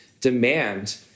demand